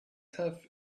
have